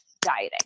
dieting